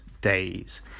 days